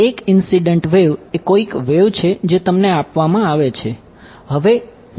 એક incident wave એ કોઈક વેવ છે જે તમને આપવામાં આવે છે